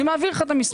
אני מעביר לך את המסמך.